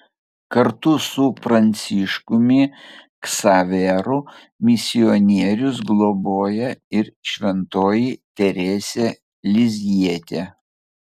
kartu su pranciškumi ksaveru misionierius globoja ir šventoji teresė lizjietė